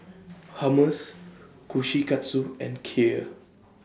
Hummus Kushikatsu and Kheer